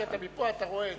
מפה אתה רואה את זה.